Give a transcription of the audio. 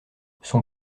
son